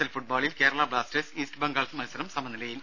L ഫുട്ബോളിൽ Kerala Blasters East Bengal മത്സരം സമനിലയിൽ